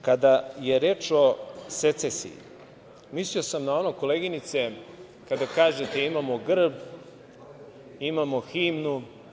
Kada je reč o secesiji, mislio sam na ono, koleginice, kada kažete „imamo grb, imamo himnu“